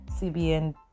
CBN